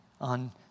on